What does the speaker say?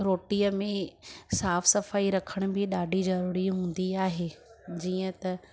रोटीअ में साफ़ु सफ़ाई रखण बि ॾाढी ज़रूरी हूंदी आहे जीअं त